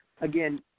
Again